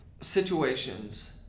situations